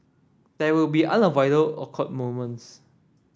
there will be unavoidable awkward moments